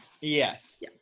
Yes